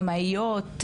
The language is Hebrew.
במאיות,